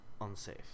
unsafe